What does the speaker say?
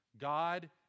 God